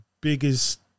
biggest